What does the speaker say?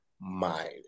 mind